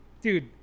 dude